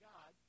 God